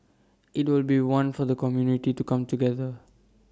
IT will be one for the community to come together